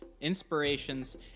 inspirations